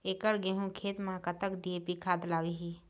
एकड़ गेहूं खेत म कतक डी.ए.पी खाद लाग ही?